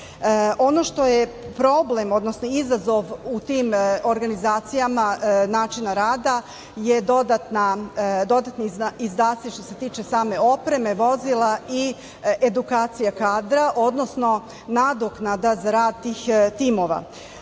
Ono što je problem, odnosno izazov u tim organizacijama načina rada su dodatni izdaci što se tiče same opreme, vozila i edukacija kadra, odnosno nadoknada za rad tih timova. Drugi